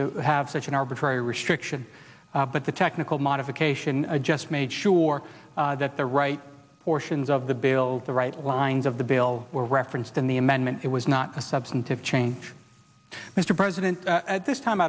to have such an arbitrary restriction but the technical modification just made sure that the right portions of the bill the right lines of the bill were referenced in the amendment it was not a substantive change mr president at this time